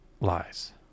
lies